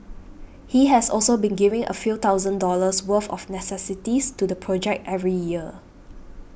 he has also been giving a few thousand dollars worth of necessities to the project every year